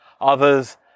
Others